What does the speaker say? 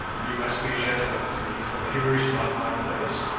you must be gentle with me, for here is not my place.